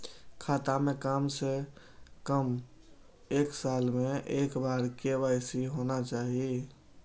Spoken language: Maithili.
खाता में काम से कम एक साल में एक बार के.वाई.सी होना चाहि?